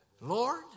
Lord